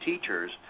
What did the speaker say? teachers